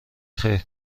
خیر